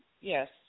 yes